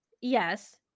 Yes